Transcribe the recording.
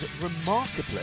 remarkably